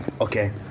Okay